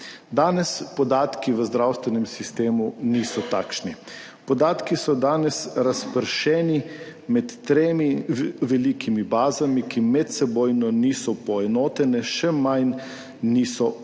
Danes podatki v zdravstvenem sistemu niso takšni. Podatki so danes razpršeni med tremi velikimi bazami, ki medsebojno niso poenotene, še manj niso povezane.